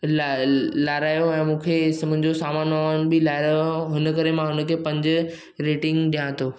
लाय लाराहियो ऐं मूंखे इस मुंहिंजो सामानु वामान बि लाराहियो हिनकरे मां हुनखे पंज रेटींग ॾियां थो